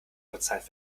bezahlt